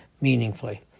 meaningfully